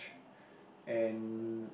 and